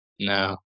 No